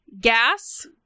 Gas